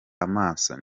amaso